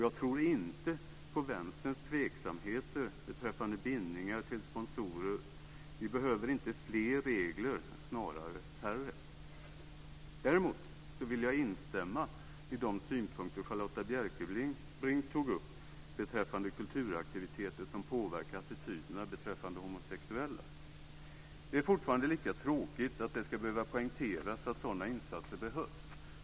Jag tror inte på Vänsterns tveksamhet beträffande bindningen till sponsorer. Vi behöver inte fler regler, snarare färre. Däremot vill jag instämma i de synpunkter som Charlotta L Bjälkebring tog upp om kulturaktiviteter som påverkar attityder till homosexuella. Det är fortfarande lika tråkigt att det ska behöva poängteras att sådana insatser behövs.